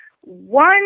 One